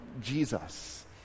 jesus